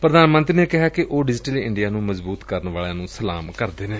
ਪ੍ਰਧਾਨ ਮੰਤਰੀ ਨੇ ਕਿਹਾ ਕਿ ਉਹ ਡਿਜੀਟਲ ਇੰਡੀਆ ਨੂੰ ਮਜ਼ਬੁਤ ਕਰਨ ਵਾਲਿਆਂ ਨੁੰ ਸਲਾਮ ਕਰਦੇ ਨੇ